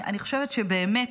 אני חושבת שבאמת,